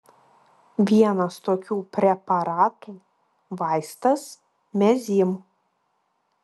vienas tokių preparatų vaistas mezym